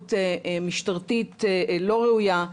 ומהתנהגות משטרתית לא ראויה,